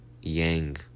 Yang